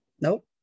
nope